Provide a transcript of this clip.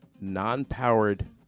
Non-powered